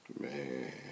Man